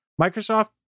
Microsoft